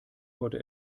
heute